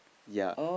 ya